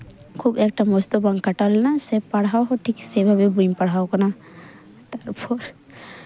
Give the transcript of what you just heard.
ᱠᱷᱩᱵᱽ ᱮᱠᱴᱟ ᱢᱚᱡᱽ ᱫᱚ ᱵᱟᱝ ᱠᱟᱴᱟᱣ ᱞᱮᱱᱟ ᱥᱮ ᱯᱟᱲᱦᱟᱣ ᱦᱚᱸ ᱴᱷᱤᱠ ᱥᱮᱭ ᱵᱷᱟᱵᱮ ᱵᱟᱹᱧ ᱯᱟᱲᱦᱟᱣ ᱠᱟᱱᱟ